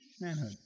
Manhood